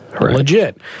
legit